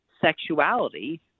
sexuality